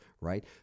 right